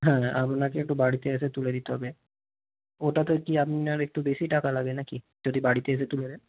হ্যাঁ আপনাকে একটু বাড়িতে এসে তুলে দিতে হবে ওটাতে কি আপনার একটু বেশি টাকা লাগে নাকি যদি বাড়িতে এসে তুলে দেন